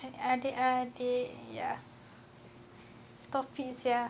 adik-adik ya stop it sia